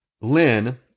Lynn